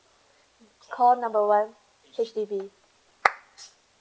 call number one H_D_B